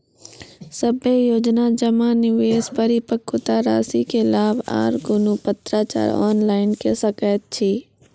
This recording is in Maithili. सभे योजना जमा, निवेश, परिपक्वता रासि के लाभ आर कुनू पत्राचार ऑनलाइन के सकैत छी?